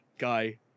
guy